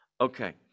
Okay